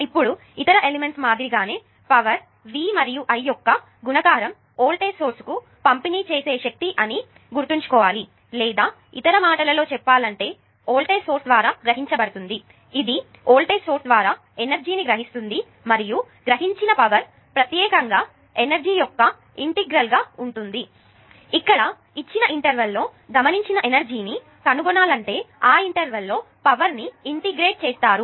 ఇప్పుడు ఇతర ఎలిమెంట్స్ మాదిరిగానే పవర్ V మరియు I యొక్క గుణకారం వోల్టేజ్ సోర్స్ కు పంపిణీ చేసే శక్తి అని గుర్తుంచుకోవాలి లేదా ఇతర మాటలలో చెప్పాలంటే వోల్టేజ్ సోర్స్ ద్వారా గ్రహించబడుతుంది ఇది వోల్టేజ్ సోర్స్ ద్వారా ఎనర్జీ ని గ్రహిస్తుంది మరియు గ్రహించిన పవర్ ప్రత్యేకంగా ఎనర్జీ యొక్క సమగ్రంగా ఉంటుంది ఇక్కడ ఇచ్చిన ఇంటర్వెల్ లో గమనించిన ఎనర్జీ ని కనుగొనాలనుకుంటే ఆ ఇంటర్వెల్ లో పవర్ ని ఇంటిగ్రేట్ చేస్తారు